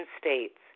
states